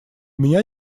меня